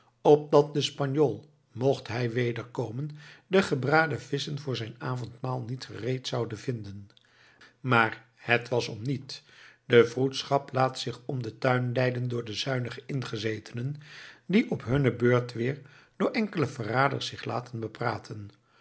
opdat de spanjool mocht hij wederkomen de gebraden visschen voor zijn avondmaal niet gereed zoude vinden maar het was om niet de vroedschap laat zich om den tuin leiden door de zuinige ingezetenen die op hunne beurt weer door enkele verraders zich laten bepraten